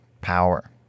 power